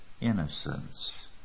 innocence